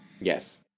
yes